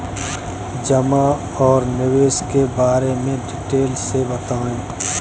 जमा और निवेश के बारे में डिटेल से बताएँ?